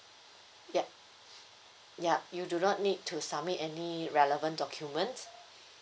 yup yup you do not need to submit any relevant documents